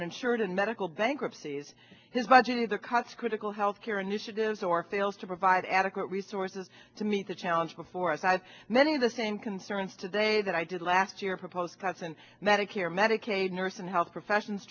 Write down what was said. uninsured and medical bankruptcies his budget either cuts critical health care initiatives or fails to provide adequate resources to meet the challenge before us that many of the same concerns today that i did last year propose cuts in medicare medicaid nurse and health professions